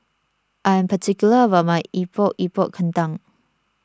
I am particular about my Epok Epok Kentang